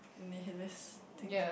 mischievous thing